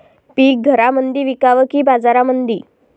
पीक घरामंदी विकावं की बाजारामंदी?